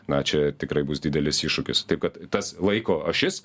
na čia tikrai bus didelis iššūkis taip kad tas laiko ašis